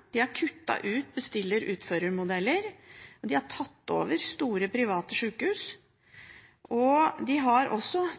ut bestiller–utfører-modeller, og de har tatt over store, private sjukehus. De har